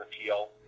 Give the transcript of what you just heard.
appeal